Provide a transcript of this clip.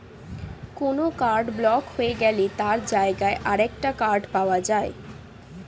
কোনো card block হয়ে গেলে তার জায়গায় আরেকটা কার্ড পাওয়া যায়